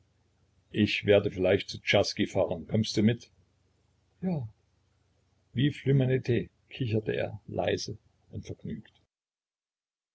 ich werde vielleicht zu czerski fahren kommst du mit ja vive l'humanit kicherte er leise und vergnügt